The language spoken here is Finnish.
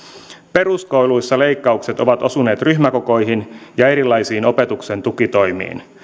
peruskouluissa leikkaukset ovat osuneet ryhmäkokoihin ja erilaisiin opetuksen tukitoimiin